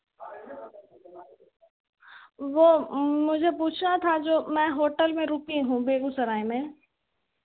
वह मुझे पूछना था जो मैं होटल में रुकी हूँ बेगूसराय में